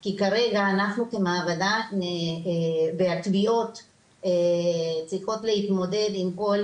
כי כרגע אנחנו כמעבדה בתביעות צריכים להתמודד עם כל